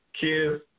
kids